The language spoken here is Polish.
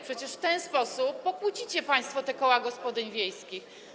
Przecież w ten sposób skłócicie państwo koła gospodyń wiejskich.